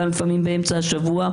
לפעמים גם באמצע השבוע,